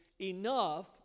enough